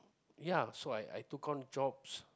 ya so I I took on jobs